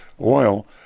oil